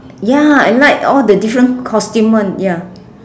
ya I like all the different costume one ya